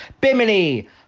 Bimini